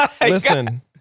Listen